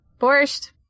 Borscht